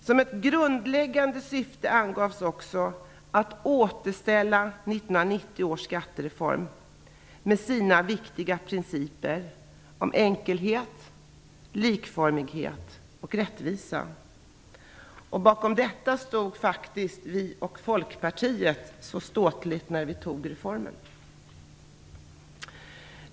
Som ett grundläggande syfte angavs också att man skall återställa 1990 års skattereform med dess viktiga principer om enkelhet, likformighet och rättvisa. Bakom detta stod faktiskt vi och Folkpartiet så ståtligt när vi fattade beslut om reformen.